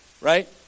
Right